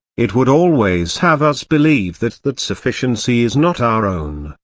it would always have us believe that that sufficiency is not our own,